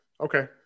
Okay